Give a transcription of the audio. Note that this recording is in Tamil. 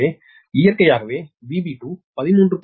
எனவே இயற்கையாகவே VB2 13